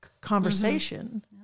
conversation